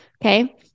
Okay